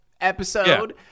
episode